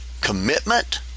commitment